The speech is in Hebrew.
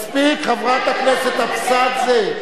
מספיק, חברת הכנסת אבסדזה.